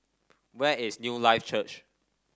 where is Newlife Church